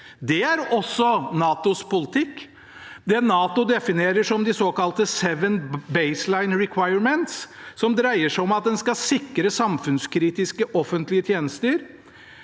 Det er også NATOs politikk. Det NATO definerer som de såkalte «seven baseline requirements», dreier seg om at en skal sikre samfunnskritiske offentlige tjenester